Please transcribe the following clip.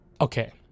Okay